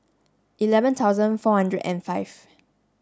eleven thousand four hundred and five